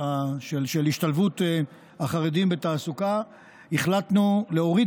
של השתלבות החרדים בתעסוקה החלטנו להוריד